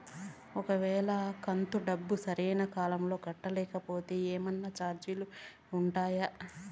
ఒక వేళ కంతు డబ్బు సరైన కాలంలో కట్టకపోతే ఏమన్నా చార్జీలు ఉండాయా?